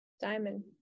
diamond